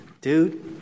Dude